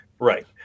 Right